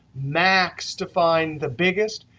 max to find the biggest,